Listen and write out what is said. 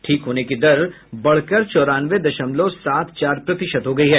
ठीक होने की दर बढ़कर चौराने दशमलव सात चार प्रतिशत हो गई है